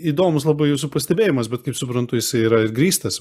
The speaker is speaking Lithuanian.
įdomūs labai jūsų pastebėjimas bet kaip suprantu jisai yra grįstas